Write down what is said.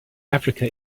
africa